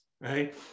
right